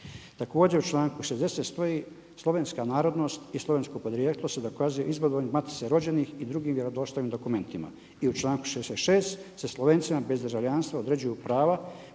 Također u članku 60. stoji: „Slovenska narodnost i slovensko podrijetlo se dokazuje izvodom iz matice rođenih i drugim vjerodostojnim dokumentima.“. I u članku 66. se Slovencima bez državljanstva određuju prava